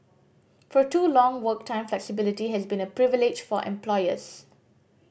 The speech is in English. for too long work time flexibility has been a privilege for employers